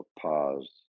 pause